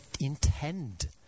intend